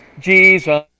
Jesus